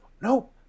nope